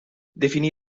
definì